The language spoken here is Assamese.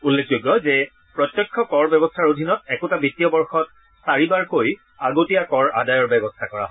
উল্লেখযোগ্য যে প্ৰত্যক্ষ কৰ ব্যৱস্থাৰ অধীনত একোটা বিত্তীয় বৰ্ষত চাৰিবাৰকৈ আগতীয়া কৰ আদায়ৰ ব্যৱস্থা কৰা হয়